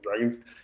Dragons